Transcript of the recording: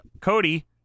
Cody